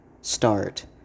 start